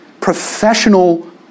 Professional